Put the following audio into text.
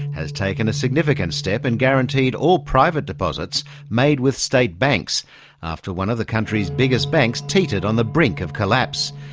has taken a significant step and guaranteed all private deposits made with state banks after one of the country's biggest banks teetered on the brink of collapse.